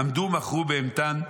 עמדו ומכרו בהמתן,